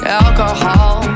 alcohol